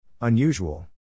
Unusual